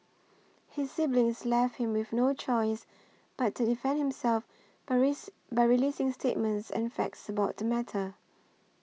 his siblings left him with no choice but to defend himself by raise by releasing statements and facts about the matter